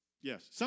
Yes